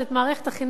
את מערכת החינוך,